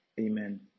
Amen